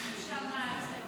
יש לי שם הסתייגויות?